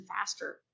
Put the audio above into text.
faster